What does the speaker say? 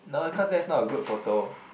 no is cause that's not a good photo